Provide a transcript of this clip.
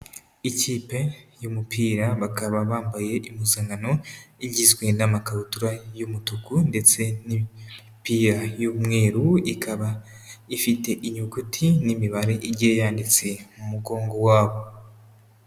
Ikipe y'umupira, bakaba bambaye impozankano igizwe n'amakabutura y'umutuku ndetse n'imipira y'umweru, ikaba ifite inyuguti n'imibare igiye yanditse mu mugongo wabo.